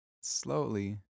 slowly